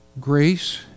grace